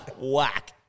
Whack